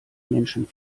menschen